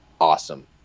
awesome